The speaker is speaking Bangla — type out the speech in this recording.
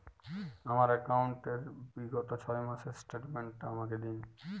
আমার অ্যাকাউন্ট র বিগত ছয় মাসের স্টেটমেন্ট টা আমাকে দিন?